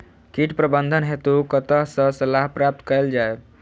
कीट प्रबंधन हेतु कतह सऽ सलाह प्राप्त कैल जाय?